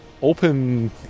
open